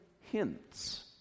hints